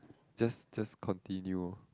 just just continue